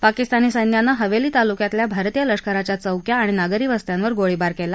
पाकिस्तानी संख्यानं हवेली तालुक्यातल्या भारतीय लष्कराच्या चौक्या आणि नागरी वस्त्यांवर गोळीबार केला